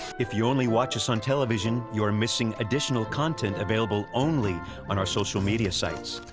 if you only watch us on television, you're missing additional content available only on our social media sites,